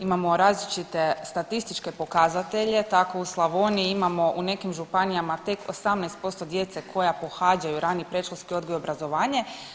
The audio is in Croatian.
Imamo različite statističke pokazatelje, tako u Slavoniji imamo u nekim županijama tek 18% djece koja pohađaju rani predškolski odgoj i obrazovanje.